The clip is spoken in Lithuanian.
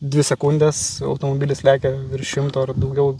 dvi sekundes automobilis lekia virš šimto ar daugiau